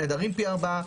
נעדרים פי ארבעה.